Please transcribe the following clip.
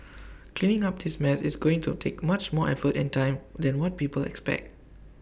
cleaning up this mess is going to take much more effort and time than what people expect